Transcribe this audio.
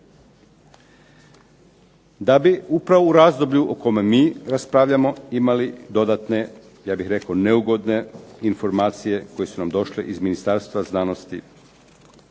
da bi upravo u razdoblju o kome mi raspravljamo imali dodatne ja bih rekao neugodne informacije koje su nam došle iz Ministarstva znanosti.